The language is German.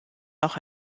auch